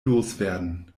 loswerden